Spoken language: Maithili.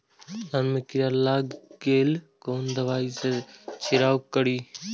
धान में कीरा लाग गेलेय कोन दवाई से छीरकाउ करी?